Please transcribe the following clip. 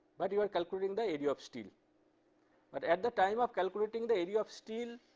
but your are calculating the area of steel but at the time of calculating the area of steel,